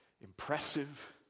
impressive